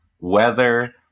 weather